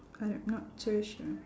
I not too sure